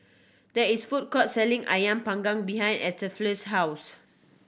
there is food court selling Ayam Panggang behind Estefani's house